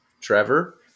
Trevor